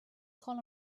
call